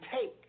take